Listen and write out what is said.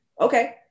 Okay